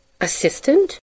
assistant